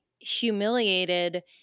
humiliated